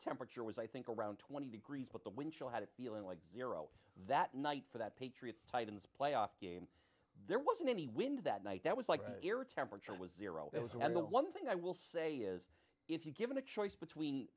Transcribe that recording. temperature was i think around twenty degrees but the wind chill had a feeling like zero that night for that patriots titans playoff game there wasn't any wind that night that was like the air temperature was zero it was and the one thing i will say is if you given a choice between